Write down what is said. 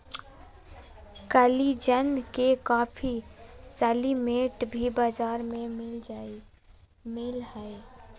collagen के काफी supplement भी बाजार में मिल हइ